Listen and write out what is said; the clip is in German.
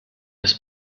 des